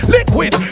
Liquid